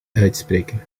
uitspreken